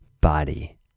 body